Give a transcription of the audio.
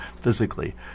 physically